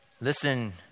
Listen